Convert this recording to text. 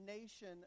nation